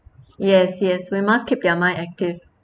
yes yes we must keep their mind active